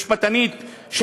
משפטנית,